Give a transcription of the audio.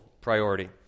priority